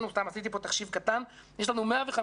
עשיתי פה תחשיב קטן: יש לנו 105,000